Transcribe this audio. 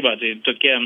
va tai tokie